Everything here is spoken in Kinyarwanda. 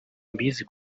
mbizi